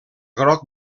groc